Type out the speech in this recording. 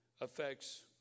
affects